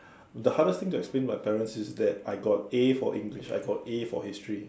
the hardest thing to explain to my parents is that I got A for English I got A for history